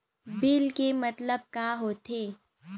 Bill के मतलब का होथे?